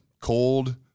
Cold